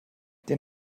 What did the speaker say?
den